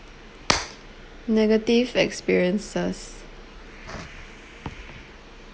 negative experiences